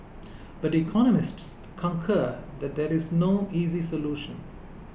but economists concur that there is no easy solution